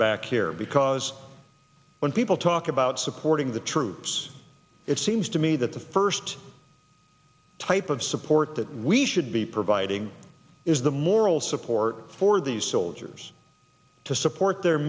back here because when people talk about supporting the troops it seems to me that the first type of support that we should be providing is the moral support for these soldiers to support their